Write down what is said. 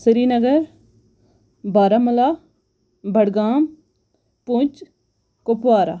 Srinagar Baramulla Budgam Poonch Kupwara